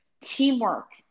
teamwork